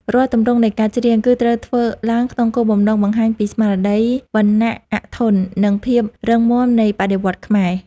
រាល់ទម្រង់នៃការច្រៀង គឺត្រូវធ្វើឡើងក្នុងគោលបំណងបង្ហាញពីស្មារតីវណ្ណៈអធន និងភាពរឹងមាំនៃបដិវត្តន៍ខ្មែរ។